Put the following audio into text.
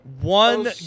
One